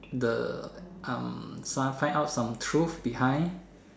the um some find find out some truth behind